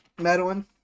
Madeline